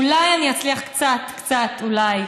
אולי אני אצליח קצת, קצת, אולי,